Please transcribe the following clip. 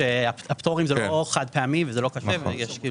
הפטורים זה לא חד פעמי וזה לא --- בסדר,